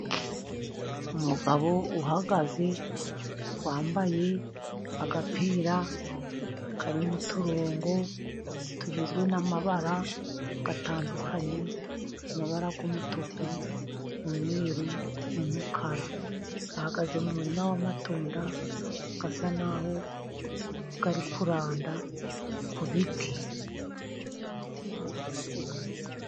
Umugabo uhagaze wambaye agapira karimo uturongo tugizwe n'amabara atandukanye, amabara y'umutuku, umweru n'umukara. Ahagaze mu murima w'amatunda asa n'aho ari kuranda ku biti.